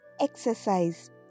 Exercise